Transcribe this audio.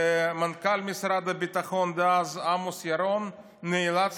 ומנכ"ל משרד הביטחון דאז עמוס ירון נאלץ